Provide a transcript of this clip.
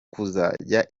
kuzajya